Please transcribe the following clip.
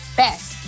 best